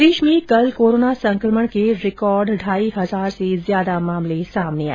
प्रदेश में कल कोरोना संकमण के रिकॉर्ड ढाई हजार से ज्यादा मामले सामने आए